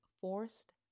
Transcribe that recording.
forced